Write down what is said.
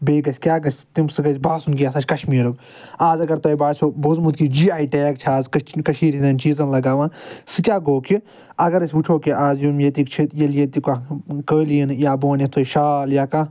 بیٚیہِ گَژھہِ کیٛاہ گَژھہِ تَمہِ سُہ گَژھہِ باسُن کہِ یہِ ہَسا چھُ کَشمیٖرُک آز اگر تۄہہِ آسیٛو بوٗزمُت کہ جی آے ٹیگ چھِ آز کٔشیٖر ہنٛدیٚن چیٖزَن لَگاوان سُہ کیٛاہ گوٚو کہِ اگر أسۍ وُچھو کہِ آز یٕم ییٚتِکۍ چھِ ییٚلہِ ییٚتیٛک کانٛہہ قٲلیٖن یا بہٕ ونہٕ یتھ تۄہہِ شال یا کانٛہہ